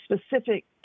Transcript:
specific